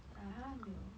ah 他还没有